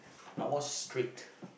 I watch straight